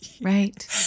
right